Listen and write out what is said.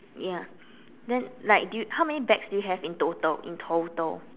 ya then like do you how many bags do you have in total in total